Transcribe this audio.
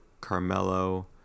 Carmelo